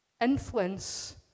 influence